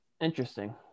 Interesting